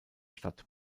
stadt